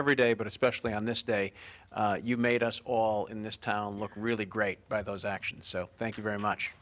every day but especially on this day you made us all in this town look really great by those actions so thank you very much